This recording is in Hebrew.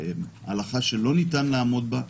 הלכה שלא ניתן לעמוד בה,